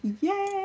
yay